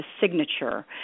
signature